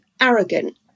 arrogant